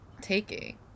taking